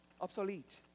obsolete